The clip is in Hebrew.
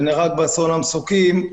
שנהרג באסון המסוקים,